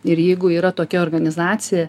ir jeigu yra tokia organizacija